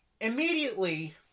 Immediately